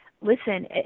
listen